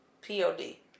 P-O-D